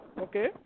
Okay